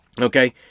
Okay